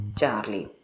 Charlie